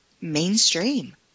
mainstream